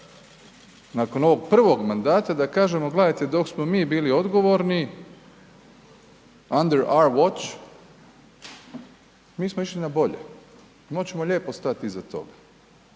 nakon ovog prvog mandata da kažemo gledajte dok smo mi bili odgovorni Andrej …/Govornik se ne razumije/…mi smo išli na bolje, moći ćemo lijepo stati iza toga.